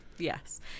Yes